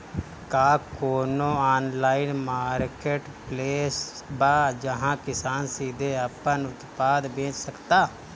का कोनो online marketplace बा जहां किसान सीधे अपन उत्पाद बेच सकता?